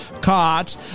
caught